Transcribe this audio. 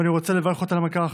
ואני רוצה לברך אותם על כך.